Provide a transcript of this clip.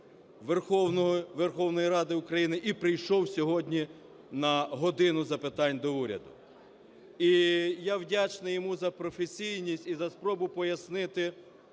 Верховної Ради України і прийшов сьогодні на "годину запитань до Уряду". І я вдячний йому за професійність і за спробу пояснити,